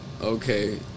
Okay